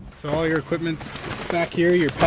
so all your equipment's back here your pack,